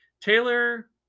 Taylor